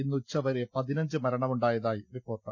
ഇന്നുച്ചവരെ പതിനഞ്ച് മരണമുണ്ടായ തായി റിപ്പോർട്ട്